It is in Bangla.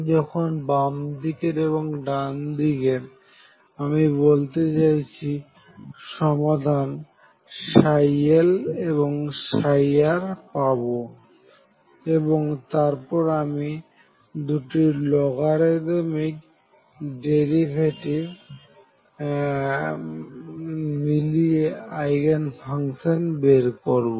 যখন বামদিকের এবং ডান দিকের আমি বলতে চাইছি সমাধান L এবং R পাবো এবং তারপর আমি দুটির লগারিদমিক ডেরিভেটিভ মিলিয়ে আইগেন ফাংশন বের করবো